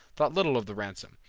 thought little of the ransom,